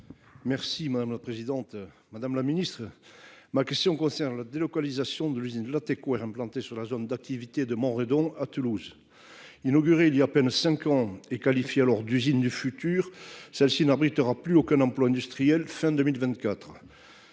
et numérique. Madame la ministre, ma question concerne la délocalisation de l'usine Latécoère implantée sur la zone d'activités de Montredon, à Toulouse. Inaugurée voilà à peine cinq ans, et qualifiée alors d'« usine du futur », celle-ci n'abritera plus aucun emploi industriel fin 2024.